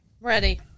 Ready